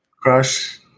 Crush